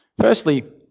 Firstly